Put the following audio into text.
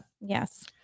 yes